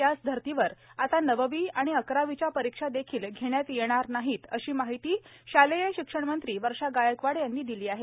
त्याच धर्तीवर आता नववी आणि अकरावीच्या परीक्षा देखील घेण्यात येणार नाहीत अशी माहिती शालेय शिक्षण मंत्री वर्षा गायकवाड यांनी दिली आहे